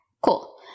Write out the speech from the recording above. cool